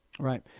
Right